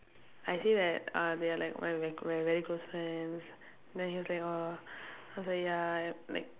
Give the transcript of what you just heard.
I say that uh they are like my my my very close friends then he's like orh I was like ya like